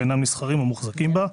ואינם נסחרים או מוחזקים בה.